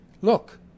Look